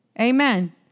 Amen